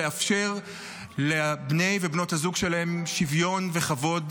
לאפשר לבני ולבנות הזוג שלהם שוויון וכבוד,